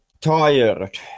tired